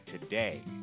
today